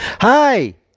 Hi